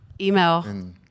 Email